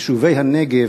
יישובי הנגב,